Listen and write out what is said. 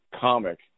comic